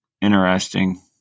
interesting